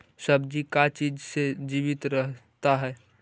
सब्जी का चीज से जीवित रहता है?